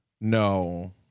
No